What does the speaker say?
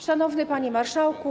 Szanowny Panie Marszałku!